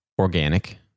organic